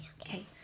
okay